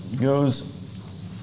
goes